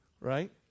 Right